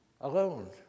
Alone